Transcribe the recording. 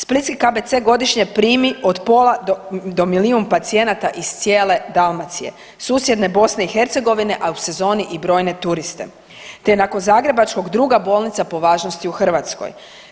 Splitski KBC godišnje primi od pola do milijun pacijenata iz cijele Dalmacije, susjedne BiH, a u sezoni i brojne turiste, te nakon zagrebačkog druga bolnica po važnosti u Hrvatskoj.